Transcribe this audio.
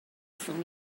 from